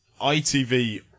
ITV